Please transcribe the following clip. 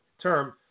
term